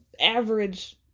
average